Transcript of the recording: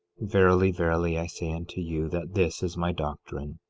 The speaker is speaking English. verily, verily, i say unto you, that this is my doctrine,